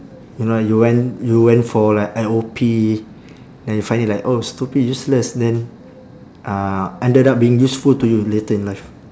you know like you went you went for like I_O_P then you find it like oh stupid useless then uh ended up being useful to you later in life